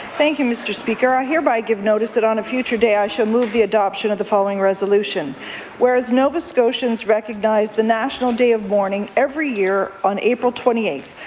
and mr. speaker, i hereby give notice that on a future day i shall move the adoption of the following resolution whereas nova scotians recognize the national day of mourning every year on april twenty eighth,